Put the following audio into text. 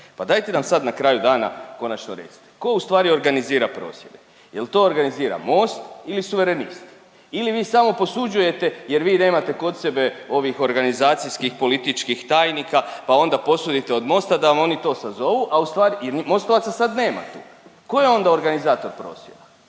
Pa dajte nam sad na kraju dana konačno recite. Tko u stvari organizira prosvjede? Jel to organizira Most ili Suverenisti ili vi samo posuđujete jer vi nemate kod sebe ovih organizacijskih, političkih tajnika pa onda posudite od Mosta da vam oni to sazovu, a u stvari. Mostovaca sad nema tu. Tko je onda organizator prosvjeda?